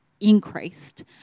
increased